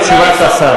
מסתפקים בתשובת השר.